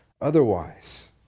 otherwise